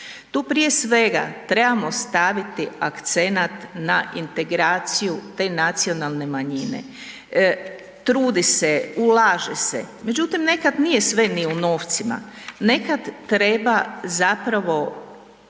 Tu prije svega trebamo staviti akcenat na integraciju te nacionalne manjine. Trudi se, ulaže se, međutim, nekad nije sve ni u novcima. Nekad treba zapravo